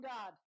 God